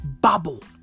bubble